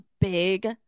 big